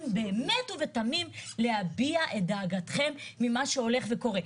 באמת ובתמים להביע את דאגתכם ממה שקורה.